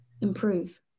improve